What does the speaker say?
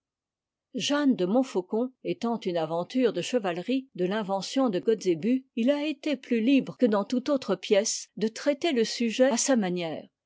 jeanne de yto amcom étant une aventure de chevalerie de l'invention de kotzebue il a été plus libre que dans toute autre pièce de traiter le sujet à sa manière